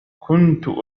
كنت